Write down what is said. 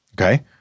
okay